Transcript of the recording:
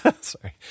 Sorry